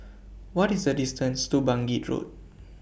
What IS The distance to Bangkit Road